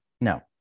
no